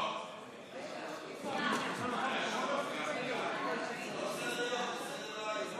של קבוצת הרשימה המשותפת.